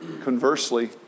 Conversely